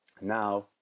now